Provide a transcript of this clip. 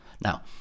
Now